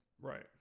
Right